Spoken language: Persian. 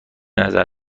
نظر